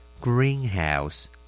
Greenhouse